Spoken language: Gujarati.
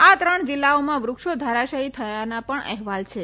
આ ત્રણ જીલ્લાઓમાં વૃક્ષો ધરાશાયી થવાના પણ અહેવાલ છે